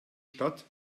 stadt